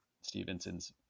Stevenson's